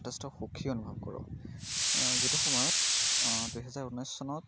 যথেষ্ট সুখী অনুভৱ কৰোঁ যিটো সময়ত দুহেজাৰ ঊনৈছ চনত